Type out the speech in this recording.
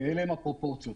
אלה הפרופורציות.